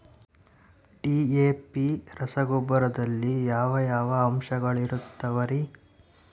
DAP ರಸಗೊಬ್ಬರದಲ್ಲಿ ಯಾವ ಯಾವ ಅಂಶಗಳಿರುತ್ತವರಿ?